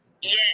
Yes